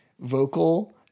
vocal